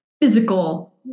physical